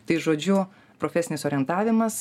tai žodžiu profesinis orientavimas